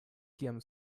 kiam